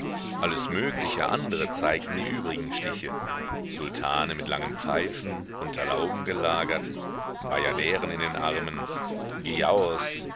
alles mögliche andre zeigten die übrigen stiche sultane mit langen pfeifen unter lauben gelagert bajaderen in den armen